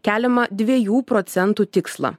keliamą dviejų procentų tikslą